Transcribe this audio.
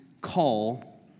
call